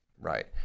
Right